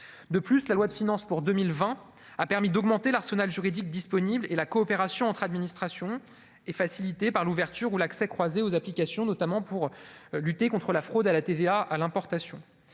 de plus, la loi de finances pour 2020, a permis d'augmenter l'arsenal juridique disponible et la coopération entre administrations et facilité par l'ouverture ou l'accès croisé aux applications, notamment pour lutter contre la fraude à la TVA à l'importation